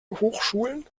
hochschulen